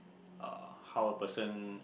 uh how a person